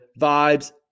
vibes